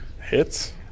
Hits